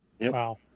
Wow